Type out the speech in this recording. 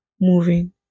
moving